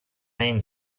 main